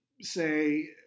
say